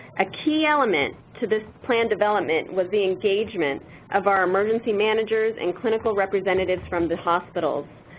a key element to this plan development was the engagement of our emergency managers and clinical representatives from the hospitals.